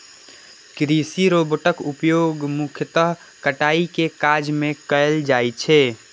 कृषि रोबोटक उपयोग मुख्यतः कटाइ के काज मे कैल जाइ छै